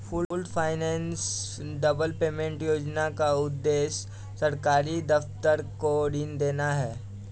pooled finance development fund योजना का उद्देश्य सरकारी दफ्तर को ऋण देना है